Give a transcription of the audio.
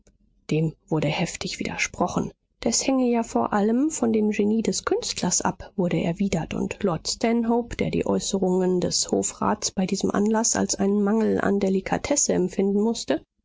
dem wurde heftig widersprochen das hänge ja vor allem von dem genie des künstlers ab wurde erwidert und lord stanhope der die äußerungen des hofrats bei diesem anlaß als einen mangel an delikatesse empfinden mußte